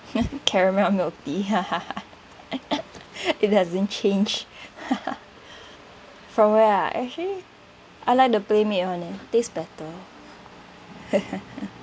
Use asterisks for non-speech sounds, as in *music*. *laughs* caramel milk tea *laughs* *breath* it hasn't changed from where ah actually I like the PlayMade [one] eh it taste better *laughs*